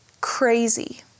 crazy